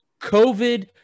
COVID